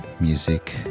music